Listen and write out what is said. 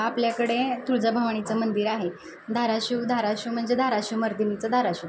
आपल्याकडे तुळजाभवानीचं मंदिर आहे धाराशिव धाराशिव म्हणजे धाराशिवमर्दिनीचं धाराशिव